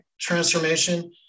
transformation